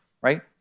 right